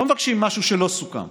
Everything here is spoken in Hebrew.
לא מבקשים משהו שלא סוכם,